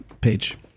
page